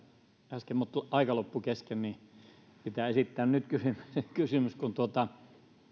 äsken mutta aika loppui kesken joten pitää esittää kysymys nyt kun